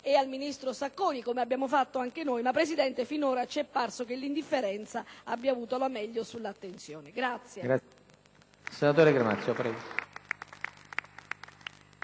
e al ministro Sacconi, come abbiamo fatto anche noi ma, Presidente, finora ci è parso che l'indifferenza abbia avuto la meglio sull'attenzione.